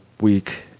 week